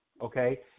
Okay